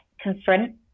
confront